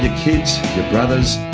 ah kids, your brothers,